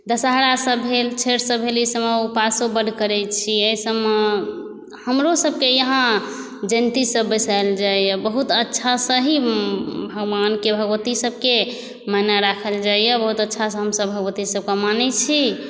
दशहरा सब भेल छठि सब भेल ई सबमे उपासो बड करै छियै ई सबमे हमरो सभकेँ यहाँ जयन्ती सब बैसायल जाइया बहुत अच्छा से ही भगवानके भगवती सबके मने राखल जाइया बहुत अच्छा से भगवती सभकेँ हमसभ मानै छी